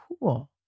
cool